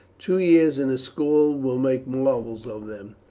two years in the schools will make marvels of them.